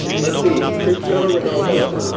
let's see, cristiano ronaldo,